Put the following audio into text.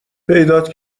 پیدات